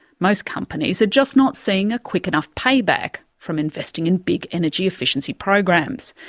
most companies are just not seeing a quick enough payback from investing in big energy efficiency programs.